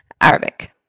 Arabic